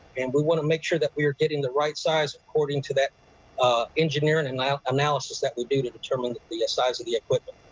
and we want to make sure that we are getting the right size according to that engineering and analysis we do to determine the size of the equipment.